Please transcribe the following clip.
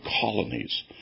colonies